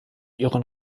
ihren